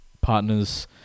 partners